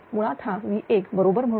तरमुळात हा I1 बरोबर